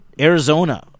Arizona